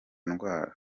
ndwara